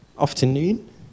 afternoon